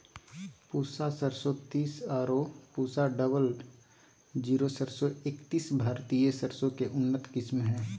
पूसा सरसों तीस आरो पूसा डबल जीरो सरसों एकतीस भारतीय सरसों के उन्नत किस्म हय